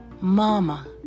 Mama